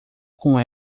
com